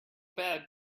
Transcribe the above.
bad